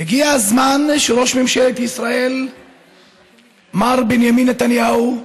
הגיע הזמן שראש ממשלת ישראל מר בנימין נתניהו,